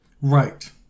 Right